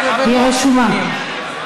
היא רשומה.